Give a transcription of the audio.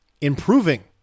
Improving